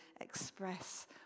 express